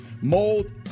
mold